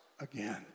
again